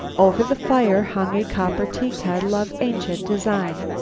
over the fire hung a copper teakettle of ancient design.